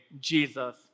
Jesus